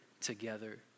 together